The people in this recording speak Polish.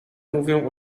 mówię